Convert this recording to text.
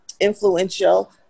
influential